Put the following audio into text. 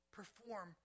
perform